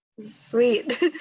sweet